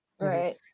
Right